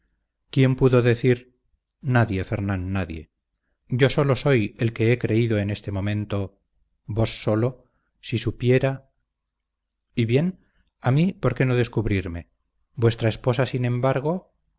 quién pudo decir nadie fernán nadie yo solo soy el que he creído en este momento vos solo si supiera y bien a mí por qué no descubrirme vuestra esposa sin embargo